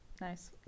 nice